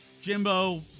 Jimbo